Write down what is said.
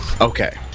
Okay